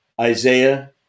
Isaiah